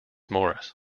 morris